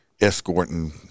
escorting